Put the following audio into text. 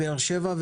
בבאר שבע,